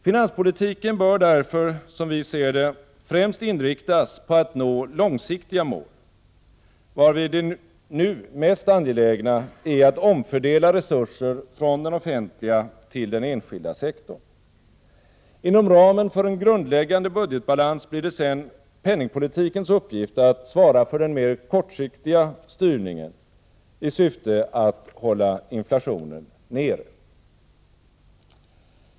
Finanspolitiken bör därför, som vi ser det, främst inriktas på att nå långsiktiga mål, varvid det nu mest angelägna är att omfördela resurser från den offentliga till den enskilda sektorn. Inom ramen för en grundläggande budgetbalans blir det sedan penningpolitikens uppgift att svara för den mer kortsiktiga styrningen i syfte att hålla inflationen nere.